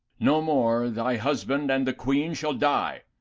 no more thy husband and the queen shall die.